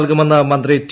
നൽകുമെന്ന് മന്ത്രി ടി